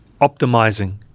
optimizing